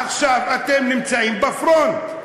עכשיו אתם נמצאים בפרונט.